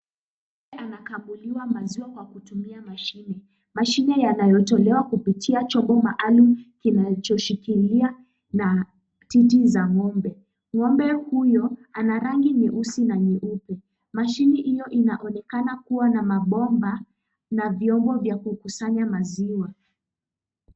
Ng'ombe anakamulia maziwa kwa kutumia mashine, mashine yanayotolewa kupitia chombo maalumu kinachoshikilia matiti za ng'ombe. Ng'ombe huyo ana rangi nyeusi na nyeupe, mashine hiyo inaonekana kuwa na mabomba na vyombo vya kukusanya maziwa.